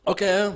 Okay